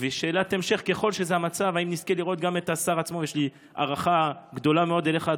שאלת המשך: יש לי הערכה גדולה מאוד אליך,